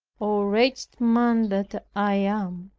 oh, wretched man that i am!